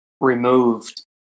removed